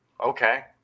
Okay